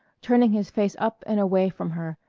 turning his face up and away from her,